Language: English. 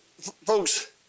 folks